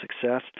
success